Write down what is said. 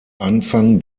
anfang